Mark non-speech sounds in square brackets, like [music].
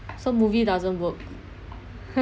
so movie doesn't work [noise]